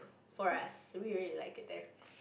for us we really really like it there